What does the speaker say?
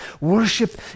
Worship